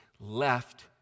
left